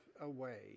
away